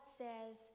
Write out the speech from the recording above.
says